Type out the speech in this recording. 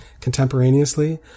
contemporaneously